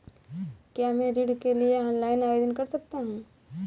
क्या मैं ऋण के लिए ऑनलाइन आवेदन कर सकता हूँ?